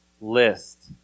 list